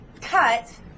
cut